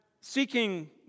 seeking